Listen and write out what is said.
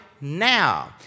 now